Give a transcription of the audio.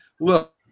Look